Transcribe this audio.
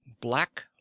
black